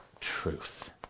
truth